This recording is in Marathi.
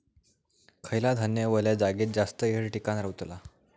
खयला धान्य वल्या जागेत जास्त येळ टिकान रवतला?